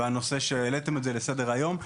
ולכך שהעליתם את זה לסדר-היום,